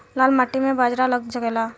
लाल माटी मे बाजरा लग सकेला?